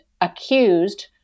accused